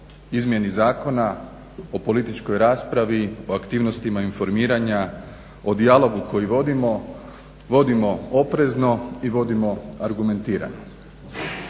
izmjeni zakona, o političkoj raspravi, o aktivnostima informiranja, o dijalogu koji vodimo, vodimo oprezno i vodimo argumentirano.